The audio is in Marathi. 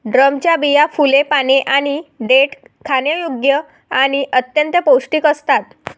ड्रमच्या बिया, फुले, पाने आणि देठ खाण्यायोग्य आणि अत्यंत पौष्टिक असतात